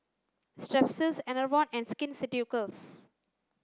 Strepsils Enervon and Skin Ceuticals